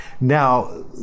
Now